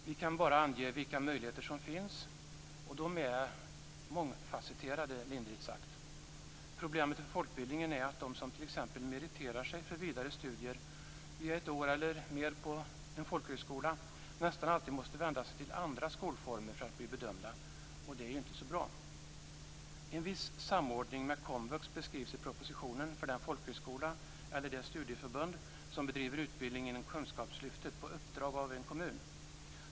Vi kan bara ange vilka möjligheter som finns, och de är mångfacetterade, lindrigt sagt. Problemet för folkbildningen är att de som t.ex. meriterar sig för vidare studier via ett år eller mer på folkhögskola nästan alltid måste vända sig till andra skolformer för att bli bedömda, och det är inte så bra. En viss samordning med komvux beskrivs i propositionen för den folkhögskola eller det studieförbund som bedriver utbildning inom kunskapslyftet på uppdrag av en kommun.